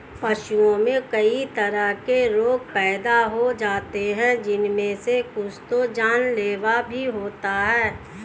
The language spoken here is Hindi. पशुओं में कई तरह के रोग पैदा हो जाते हैं जिनमे से कुछ तो जानलेवा भी होते हैं